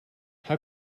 how